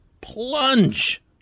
plunge